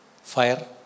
Fire